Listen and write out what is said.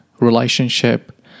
relationship